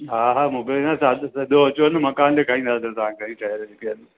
हा हा मोकिलींदसि तव्हां सभु अचो अचो मकानु ॾेखारींदासीं तव्हांखे शहर जा जेके आहिनि